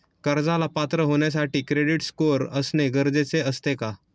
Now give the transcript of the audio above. कर्जाला पात्र होण्यासाठी क्रेडिट स्कोअर असणे गरजेचे असते का?